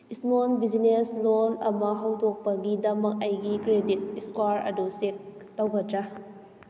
small business loan ꯑꯃ ꯍꯧꯗꯣꯛꯄꯒꯤꯗꯃꯛ ꯑꯩꯒꯤ ꯀ꯭ꯔꯦꯗꯤꯠ ꯏꯁꯀ꯭ꯋꯥꯔ ꯑꯗꯨ ꯆꯦꯛ ꯇꯧꯒꯗ꯭ꯔꯥ